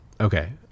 Okay